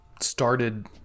started